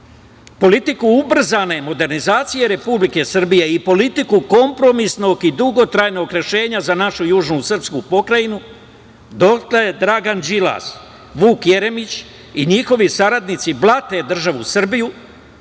politiku ubrzane modernizacije Republike Srbije i politiku kompromisnog i dugotrajnog rešenja za našu južnu srpsku pokrajinu, dotle Dragan Đilas, Vuk Jeremić i njihovi saradnici blate državu Srbiju,